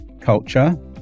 culture